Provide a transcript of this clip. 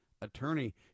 attorney